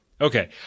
okay